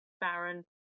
Baron